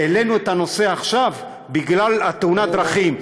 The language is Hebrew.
העלינו את הנושא הזה עכשיו בגלל תאונת הדרכים,